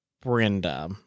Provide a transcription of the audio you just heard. Brenda